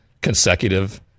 consecutive